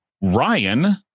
Ryan